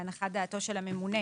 להנחת דעתו של הממונה